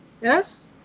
yes